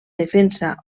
defensa